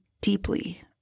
deeply